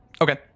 Okay